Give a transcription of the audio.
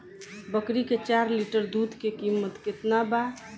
बकरी के चार लीटर दुध के किमत केतना बा?